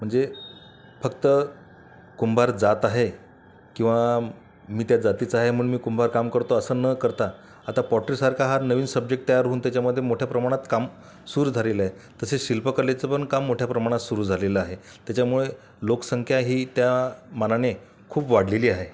म्हणजे फक्त कुंभार जात आहे किंवा मी त्या जातीचा आहे म्हणून मी कुंभारकाम करतो असं न करता आता पॉटरीसारखा नवीन सब्जेक्ट तयार होऊन त्याच्यामध्ये मोठ्या प्रमाणात काम सुरू झालेले आहेत तसेच शिल्पकलेचे पण काम मोठया प्रमाणात सुरु झालेले आहे त्याच्यामुळे लोकसंख्याही त्या मानाने खूप वाढलेली आहे